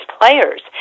players